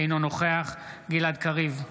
אינו נוכח גלעד קריב,